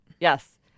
Yes